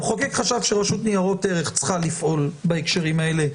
המחוקק חשב שהרשות לניירות ערך צריכה לפעול בהקשרים האלה.